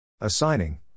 Assigning